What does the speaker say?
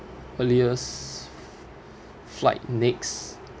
earliest flight next